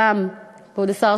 כבוד השר,